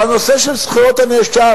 בנושא של זכויות הנאשם,